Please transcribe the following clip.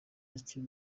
kintu